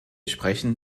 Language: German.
sprechen